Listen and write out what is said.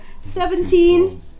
Seventeen